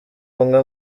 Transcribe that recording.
umwe